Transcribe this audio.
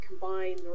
combine